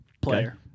Player